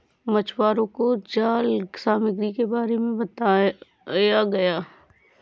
मछुवारों को जाल सामग्री के बारे में बताया गया